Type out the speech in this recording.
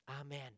Amen